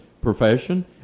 profession